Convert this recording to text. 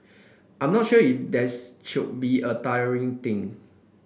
I'm not sure if there's should be a tiring thing